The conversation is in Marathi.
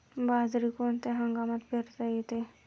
बाजरी कोणत्या हंगामात पेरता येते?